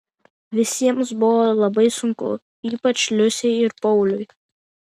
visiems buvo labai sunku ypač liusei ir pauliui